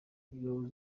ingabo